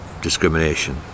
discrimination